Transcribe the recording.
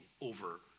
over